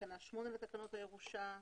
תקנה 8 לתקנות הירושה.